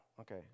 okay